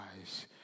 eyes